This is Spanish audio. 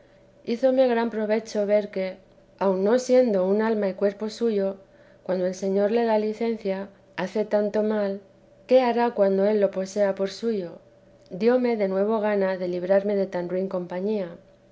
hízome gran provecho ver que aun no siendo un alma y cuerpo suyo cuando el señor le da licencia hace tanto mal qué hará cuando él lo posea por suyo dióme de nuevo gana de librarme de tan ruin compañía